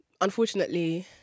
Unfortunately